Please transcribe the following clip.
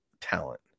talent